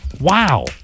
Wow